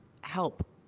help